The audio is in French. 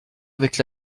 avec